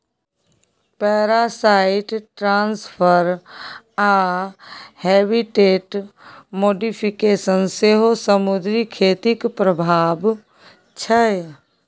parasite transfer आ habitat modification सेहो समुद्री खेतीक प्रभाब छै